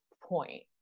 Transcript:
point